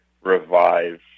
Revive